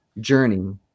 journey